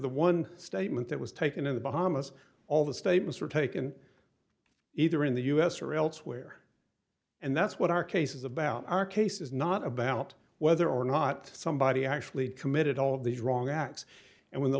the one statement that was taken in the bahamas all the statements were taken either in the u s or elsewhere and that's what our case is about our case is not about whether or not somebody actually committed all of these wrong acts and when the